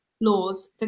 laws